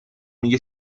میگه